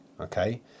Okay